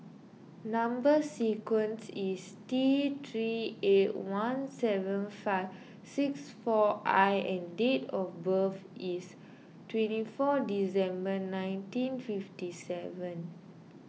Number Sequence is T three eight one seven five six four I and date of birth is twenty four December nineteen fifty seven